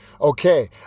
okay